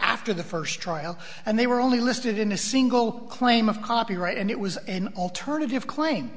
after the first trial and they were only listed in a single claim of copyright and it was an alternative claim